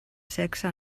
sexe